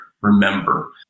remember